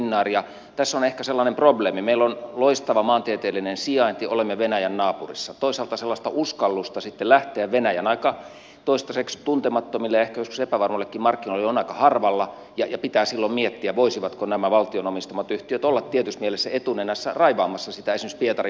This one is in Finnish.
tässä on ehkä sellainen probleemi että meillä on loistava maantieteellinen sijainti olemme venäjän naapurissa toisaalta sellaista uskallusta sitten lähteä venäjän toistaiseksi aika tuntemattomille ja ehkä joskus epävarmoillekin markkinoille on aika harvalla ja pitää silloin miettiä voisivatko nämä valtion omistamat yhtiöt olla tietyssä mielessä etunenässä raivaamassa esimerkiksi pietarin markkinoille sitä tilaa